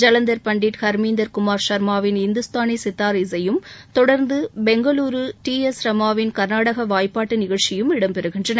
ஜவந்தர் பண்டிட் ஹர்மீந்தர் குமார் ஷர்மாவின் இந்துஸ்தானி சித்தார் இசையும் தொடர்ந்து பெங்களூரு டி எஸ் ரமாவின் கர்நாடக வாய்ப்பாட்டு நிகழ்ச்சியும் இடம்பெறுகின்றன